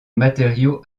matériau